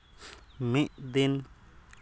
ᱢᱤᱫ ᱫᱤᱱ